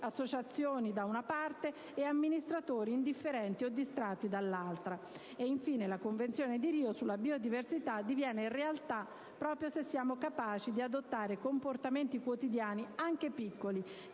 associazioni, da una parte, ed amministratori indifferenti o distratti dall'altra. La Convenzione di Rio sulla biodiversità diviene realtà proprio se siamo capaci di adottare comportamenti quotidiani, anche piccoli,